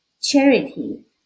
charity